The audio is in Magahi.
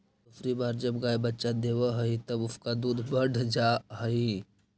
दूसरी बार जब गाय बच्चा देवअ हई तब उसका दूध बढ़ जा हई